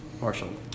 Marshall